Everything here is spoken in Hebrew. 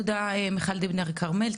תודה מיכל דיבנר כרמל,